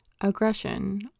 Aggression